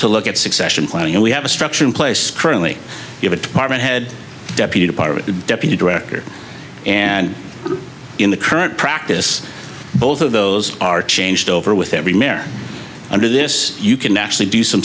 to look at succession planning and we have a structure in place currently have a department head deputy department deputy director and in the current practice both of those are changed over with every mer under this you can actually do some